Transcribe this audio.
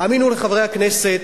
האמינו לי, חברי הכנסת,